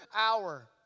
hour